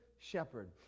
shepherd